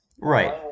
Right